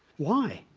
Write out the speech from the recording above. why?